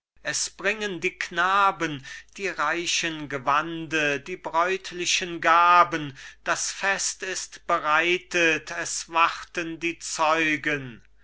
es bringen die knaben die reichen gewande die bräutlichen gaben das fest ist bereitet es warten die zeugen